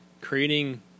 creating